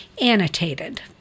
Annotated